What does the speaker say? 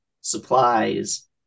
supplies